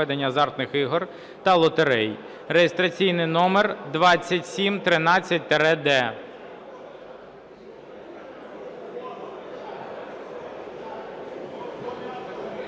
(реєстраційний номер 2713-д).